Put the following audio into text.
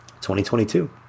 2022